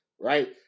right